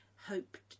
Hoped